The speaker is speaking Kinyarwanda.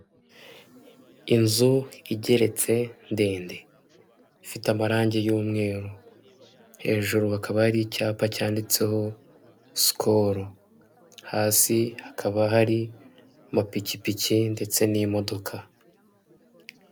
Inzu igeretse ndende ifite amarangi y'umweru hejuru hakaba hari icyapa cyanditseho sikolu hasi hakaba hari amapikipiki ndetse n'imodoka .